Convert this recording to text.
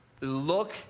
look